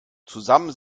zusammen